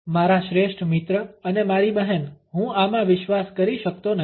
મારા શ્રેષ્ઠ મિત્ર અને મારી બહેન હું આમાં વિશ્વાસ કરી શકતો નથી